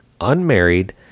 unmarried